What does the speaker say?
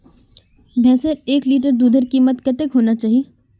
भैंसेर एक लीटर दूधेर कीमत कतेक होना चही?